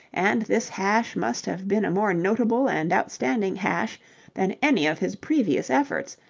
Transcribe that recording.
and this hash must have been a more notable and outstanding hash than any of his previous efforts,